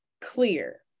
clear